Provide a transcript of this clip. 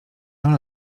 tam